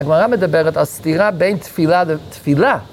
הגמרא מדברת על סתירה בין תפילה לתפילה.